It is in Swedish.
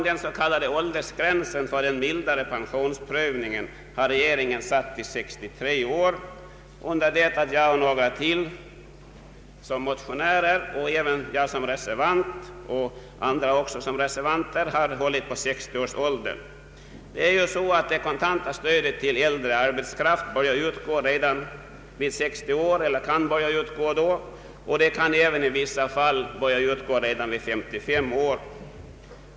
Den s.k. åldersgränsen för den mildare pensionsprövningen har regeringen satt till 63 år, under det att jag som motionär och reservant och ytterligare några motionärer och reservanter har hållit på 60-årsåldern. Det kontanta stödet till äldre arbetskraft börjar ju utgå redan vid 60 år och kan i vissa fall även börja utgå vid 55 år.